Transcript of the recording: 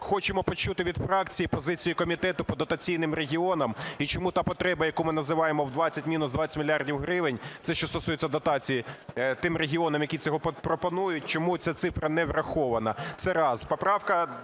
хочемо почути від фракцій позицію комітету по дотаційним регіонам і чому та потреба, яку ми називаємо в 20, мінус 20 мільярдів гривень, це, що стосується дотації тим регіонам, які цього пропонують, чому ця цифра не врахована?